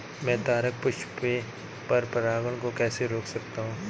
मैं तारक पुष्प में पर परागण को कैसे रोक सकता हूँ?